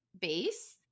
base